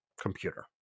computer